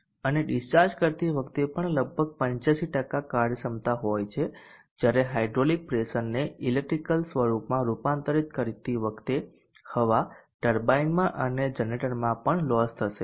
અને ડિસ્ચાર્જ કરતી વખતે પણ લગભગ 85 કાર્યક્ષમતા હોય છે જ્યારે હાઇડ્રોલિક પ્રેશરને ઈલેક્ટ્રીકલ સ્વરૂપમાં રૂપાંતરિત કરતી વખતે હવા ટર્બાઇનમાં અને જનરેટરમાં પણ લોસ થશે